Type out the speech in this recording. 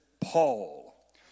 Paul